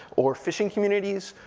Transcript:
or fishing communities,